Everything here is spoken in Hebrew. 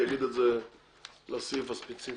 יגיד את זה לסעיף הספציפי.